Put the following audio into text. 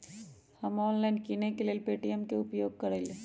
हम ऑनलाइन किनेकेँ लेल पे.टी.एम के उपयोग करइले